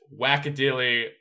wackadilly